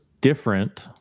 different